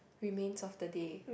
remains of the day